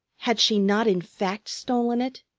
had she not in fact stolen it?